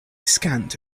scant